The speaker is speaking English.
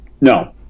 No